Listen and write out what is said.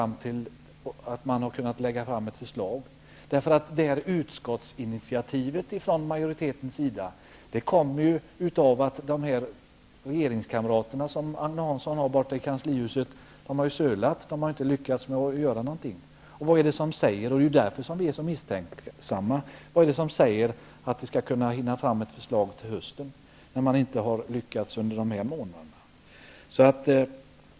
Utskottsinitiativet, initierat av utskottsmajoriteten, kommer av att Agne Hanssons regeringskamrater i Kanslihuset har sölat och inte har lyckats åstadkomma något. Det är därför som vi är så misstänksamma. Vad är det som säger att regeringen hinner få fram ett förslag till hösten när man inte har lyckats under dessa månader?